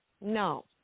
No